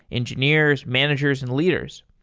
engineers, managers and leaders.